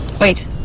Wait